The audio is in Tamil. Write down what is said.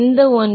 எந்த ஒன்று